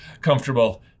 comfortable